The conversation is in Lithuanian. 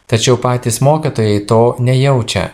tačiau patys mokytojai to nejaučia